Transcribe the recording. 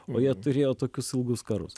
o jie turėjo tokius ilgus karus